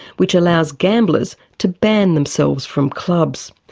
which allows gamblers to ban themselves from clubs.